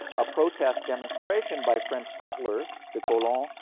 a protest demonstration by french settlers, the colons,